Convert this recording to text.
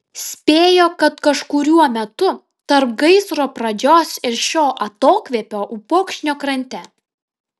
spėjo kad kažkuriuo metu tarp gaisro pradžios ir šio atokvėpio upokšnio krante